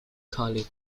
college